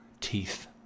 teeth